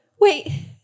Wait